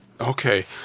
Okay